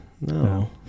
no